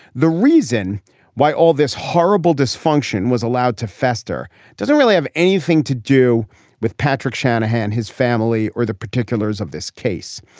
the reason why all this horrible dysfunction was allowed to fester doesn't really have anything to do with patrick shanahan, his family, or the particulars of this case.